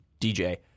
DJ